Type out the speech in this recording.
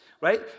Right